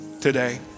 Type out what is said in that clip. today